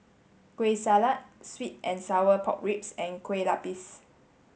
Kueh Salat Sweet and sour pork ribs and Kue Lupis